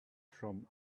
from